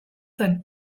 zen